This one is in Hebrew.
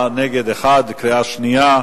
נגד, 1. בקריאה שנייה,